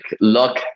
luck